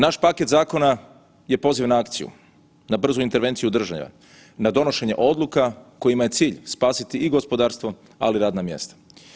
Naš paket zakona je poziv na akciju, na brzu intervenciju države, na donošenje odluka kojima je cilj spasiti i gospodarstvo ali i radna mjesta.